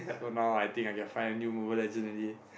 so now I think I can find a new Mobile-Legend already